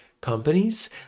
companies